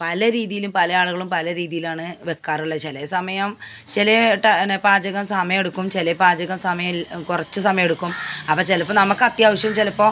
പല രീതിയിലും പല ആളുകളും പല രീതിയിലാണ് വെക്കാറുള്ള ചില സമയം ചില ട്ട പാചകം സമയം എടുക്കും ചില പാചകം സമയം കുറച്ചു സമയം എടുക്കും അപ്പോൾ ചിലപ്പോൾ നമുക്കത്യാവശ്യം ചിലപ്പോൾ